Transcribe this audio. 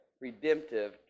redemptive